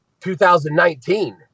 2019